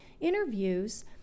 interviews